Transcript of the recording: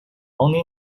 only